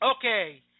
Okay